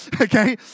okay